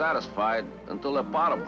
satisfied until a bottom